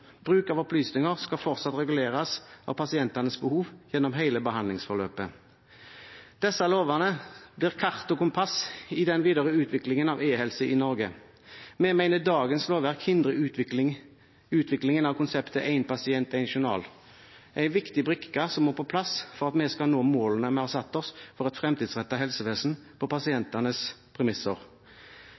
Bruk av opplysninger skal fortsatt reguleres av pasientenes behov gjennom hele behandlingsforløpet. Disse lovene blir kart og kompass i den videre utviklingen av e-helse i Norge. Vi mener at dagens lovverk hindrer utviklingen av konseptet én pasient–én journal, en viktig brikke som må på plass for at vi skal nå målene vi har satt oss for et fremtidsrettet helsevesen på pasientenes premisser.